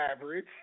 average